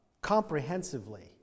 comprehensively